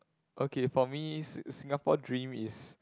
okay for me s~ Singapore dream is